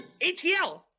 ATL